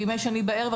בימי שני בערב,